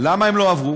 למה הם לא עברו?